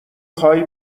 خوای